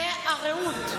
זו הרעות.